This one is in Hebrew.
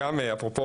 אפרופו,